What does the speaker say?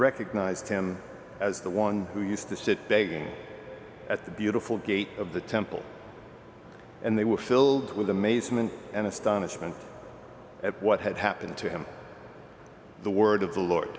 recognized him as the one who used to sit begging at the beautiful gate of the temple and they were filled with amazement and astonishment at what had happened to him the word of the lord